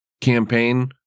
campaign